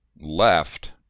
left